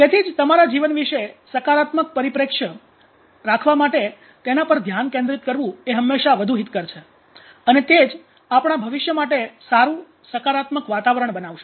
તેથી જ તમારા જીવન વિશે સકારાત્મક પરિપ્રેક્ષ્યદ્રષ્ટિકોણ રાખવા માટે તેના પર ધ્યાન કેન્દ્રિત કરવું હંમેશાં વધુ હિતકર છે અને તે જ આપણા ભવિષ્ય માટે સારું સકારાત્મક વાતાવરણ બનાવશે